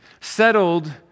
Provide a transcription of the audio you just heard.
Settled